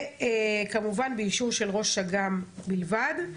וכמובן באישור של ראש אג"מ בלבד.